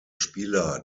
spieler